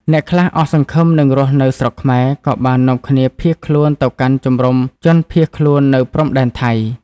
អ្នកខ្លះអស់សង្ឃឹមនឹងរស់នៅស្រុកខ្មែរ ក៏បាននាំគ្នាភៀសខ្លួនទៅកាន់ជំរំជនភៀសខ្លួននៅព្រំដែនថៃ។